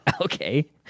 Okay